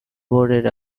boarded